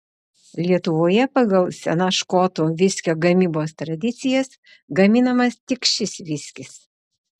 lietuvoje pagal senas škotų viskio gamybos tradicijas gaminamas tik šis viskis